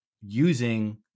using